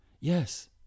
Yes